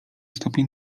stopień